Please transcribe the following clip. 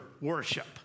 worship